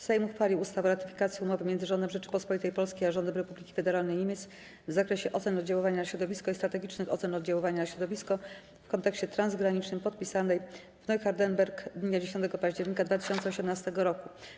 Sejm uchwalił ustawę o ratyfikacji Umowy między Rządem Rzeczypospolitej Polskiej a Rządem Republiki Federalnej Niemiec w zakresie ocen oddziaływania na środowisko i strategicznych ocen oddziaływania na środowisko w kontekście transgranicznym, podpisanej w Neuhardenberg dnia 10 października 2018 r.